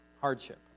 hardship